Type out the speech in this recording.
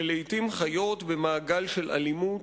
שלעתים חיות במעגל של אלימות,